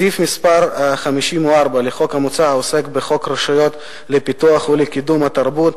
סעיף מס' 54 לחוק המוצע עוסק בחוק הרשות לפיתוח ולקידום התרבות,